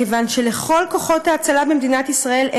מכיוון שלכל כוחות ההצלה במדינת ישראל אין